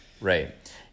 Right